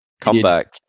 comeback